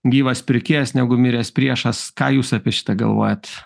gyvas pirkėjas negu miręs priešas ką jūs apie šitą galvojat